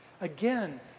Again